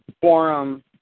Forum